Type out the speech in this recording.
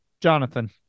Jonathan